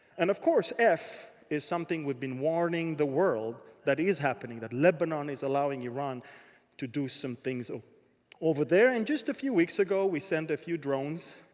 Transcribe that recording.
and of course, f is something we've been warning the world that is happening. that lebanon is allowing iran to do some things over over there. and just a few weeks ago, we sent a few drones